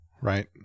right